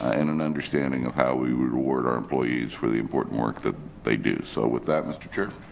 and an understanding of how we reward our employees for the important work that they do, so with that mr. chair.